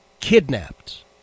kidnapped